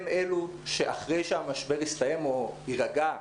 הם אלו שאחרי שהמשבר יסתיים או יירגע,